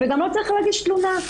וגם לא צריך להגיש תלונה.